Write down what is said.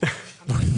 אני בתת איוש,